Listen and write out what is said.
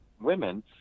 women